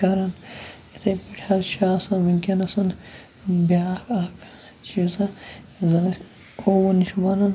کَران یِتھَے پٲٹھۍ حظ چھِ آسان وٕںکیٚنَس بیٛاکھ اَکھ چیٖز حظ یُس زَن اَسہِ اوٚوُن چھِ وَنان